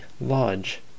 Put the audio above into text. Lodge